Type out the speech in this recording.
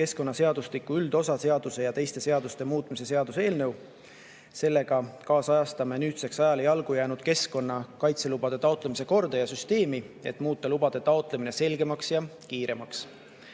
keskkonnaseadustiku üldosa seaduse ja teiste seaduste muutmise seaduse eelnõu. Sellega kaasajastame nüüdseks ajale jalgu jäänud keskkonnakaitselubade taotlemise korda ja süsteemi, et muuta lubade taotlemine selgemaks ja kiiremaks.